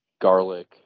garlic